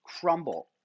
crumble